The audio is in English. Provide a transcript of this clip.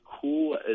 cool